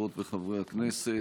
חברות וחברי הכנסת,